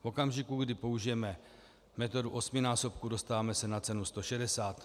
V okamžiku, kdy použijeme metodu osminásobku, dostáváme se na cenu 160.